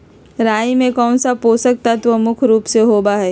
राई में कौन सा पौषक तत्व मुख्य रुप से होबा हई?